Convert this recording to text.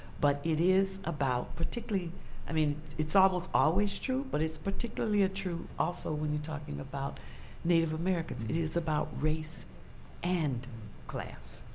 but it is about, particularly i mean, it's almost always true but it's particularly true also when you're talking about native americans. it is about race and class.